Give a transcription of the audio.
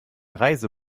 reise